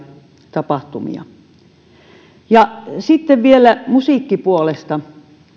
tapahtumia sitten vielä musiikkipuolesta